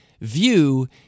view